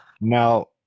Now